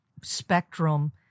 spectrum